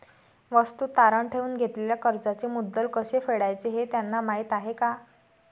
वस्तू तारण ठेवून घेतलेल्या कर्जाचे मुद्दल कसे फेडायचे हे त्यांना माहीत आहे का?